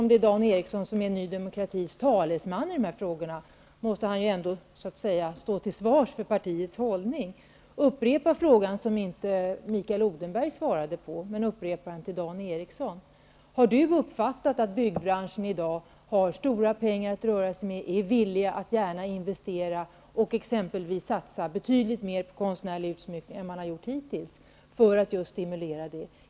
Men eftersom Dan Eriksson är Ny demokratis talesman i dessa frågor måste han ändå så att säga stå till svars för partiets hållning, och jag upprepar den fråga som Mikael Odenberg inte svarade på och riktar den nu till Dan Eriksson: Har Dan Eriksson uppfattat att byggbranschen i dag har stora pengar att röra sig med och gärna investerar och exempelvis satsar betydligt mer på konstnärlig utsmyckning än man har gjort hittills för att just ge en stimulans härvidlag?